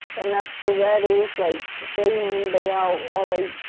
and after that, it was, like, day in day out all, like,